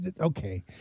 Okay